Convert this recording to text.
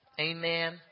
amen